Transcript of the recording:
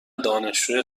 دانشجوی